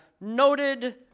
noted